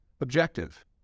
Objective